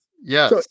Yes